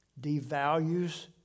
devalues